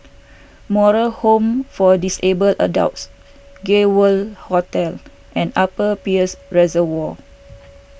Moral Home for Disabled Adults Gay World Hotel and Upper Peirce Reservoir